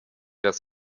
das